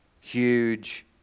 huge